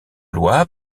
loi